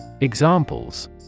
Examples